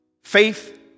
Faith